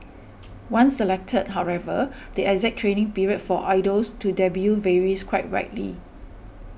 once selected however the exact training period for idols to debut varies quite widely